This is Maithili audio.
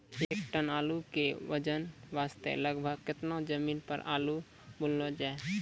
एक टन आलू के उपज वास्ते लगभग केतना जमीन पर आलू बुनलो जाय?